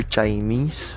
Chinese